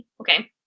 Okay